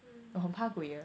mm